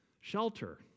Shelter